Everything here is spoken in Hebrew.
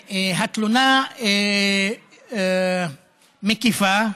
התלונה מקיפה.